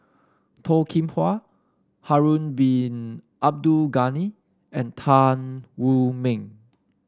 Toh Kim Hwa Harun Bin Abdul Ghani and Tan Wu Meng